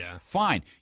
fine